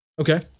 Okay